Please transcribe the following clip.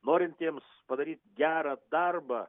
norintiems padaryt gerą darbą